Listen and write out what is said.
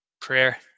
prayer